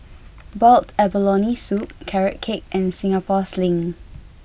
Boiled Abalone Soup Carrot Cake and Singapore Sling